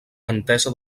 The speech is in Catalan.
entesa